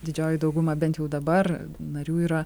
didžioji dauguma bent jau dabar narių yra